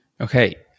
Okay